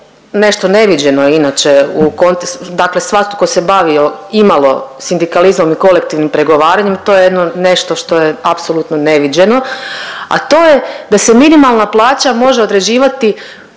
nešto neviđeno inače u kontek… dakle svatko tko se bavio imalo sindikalizmom i kolektivnim pregovaranjem to je nešto što je apsolutno neviđeno, a to je da se minimalna plaća može određivati